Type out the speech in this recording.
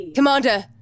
Commander